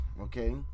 okay